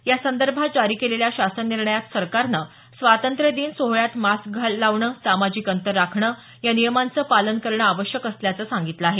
यासंदर्भात जारी केलेल्या शासन निर्णयात सरकारनं स्वातंत्र्यादन सोहळ्यात मास्क लावणं सामाजिक अंतर राखणं या नियमांचं पालन करणं आवश्यक असल्याचं सांगितलं आहे